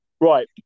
Right